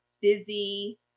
busy